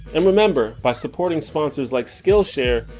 and remember, by supporting sponsors like skillshare,